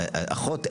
רופא פרטי,